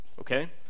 Okay